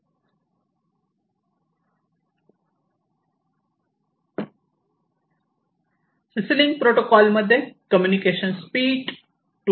CC link protocol मध्ये communication speed 2